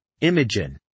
Imogen